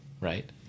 right